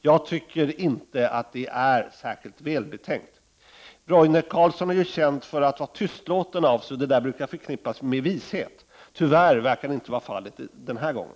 Jag tycker inte att det är särskilt välbetänkt. Roine Carlsson är känd för att vara tystlåten, och det brukar förknippas med vishet. Tyvärr verkar det inte vara fallet den här gången.